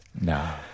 No